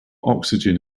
oxygen